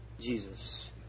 Jesus